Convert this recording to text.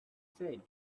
said